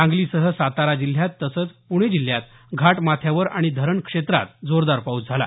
सांगलीसह सातारा जिल्ह्यात तसंच पुणे जिल्ह्यात घाट माथ्यावर आणि धरण क्षेत्रात जोरदार पाऊस झाला